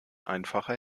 einfacher